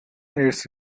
aides